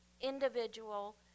individual